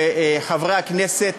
וחברי הכנסת,